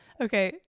Okay